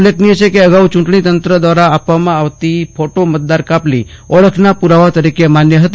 ઉલ્લેખનીય છે કે અગાઉ ચૂંટણી તંત્ર દ્વારા આપવામાં આવતી ફોટો મતદાર કાપલી ઓળખના પુરાવા તરીકે માન્ય હતી